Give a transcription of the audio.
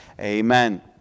Amen